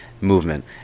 movement